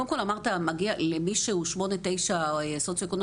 קודם כל אמרת שמי שהוא שמונה-תשע פחות.